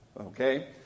Okay